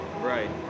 Right